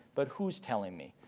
but who's telling me.